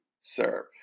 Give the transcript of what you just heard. serve